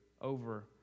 over